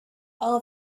all